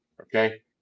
okay